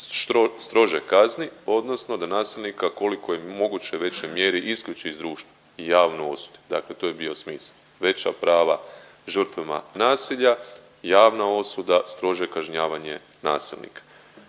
strože kazni odnosno da nasilnika koliko je moguće u većoj mjeri isključi iz društva i javno osudi. Dakle, to je bio smisao. Veća prava žrtvama nasilja, javna osuda, strože kažnjavanje nasilnika.